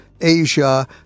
Asia